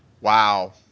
Wow